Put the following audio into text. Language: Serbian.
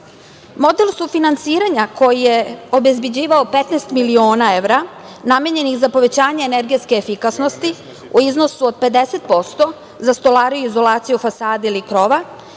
sufinansiranja koji je obezbeđivao 15 miliona evra namenjenih za povećanje energetske efikasnosti u iznosu od 50% za stolariju, izolaciju fasade ili krova